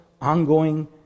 ongoing